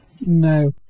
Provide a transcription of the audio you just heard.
No